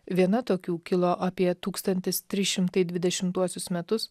viena tokių kilo apie tūkstantis trys šimtai dvidešimtuosius metus